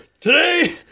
Today